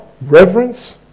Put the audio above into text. reverence